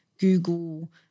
Google